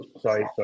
sorry